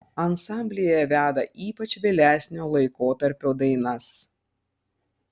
ansamblyje veda ypač vėlesnio laikotarpio dainas